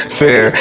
fair